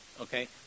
Okay